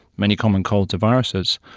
many common colds are viruses,